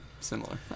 similar